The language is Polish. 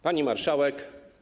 Pani Marszałek!